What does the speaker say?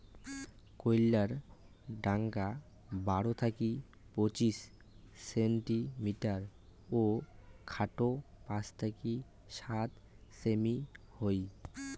কইল্লার ঢাঙা বারো থাকি পঁচিশ সেন্টিমিটার ও খাটো পাঁচ থাকি সাত সেমি হই